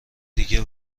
دیگه